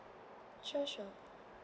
sure sure